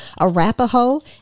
Arapaho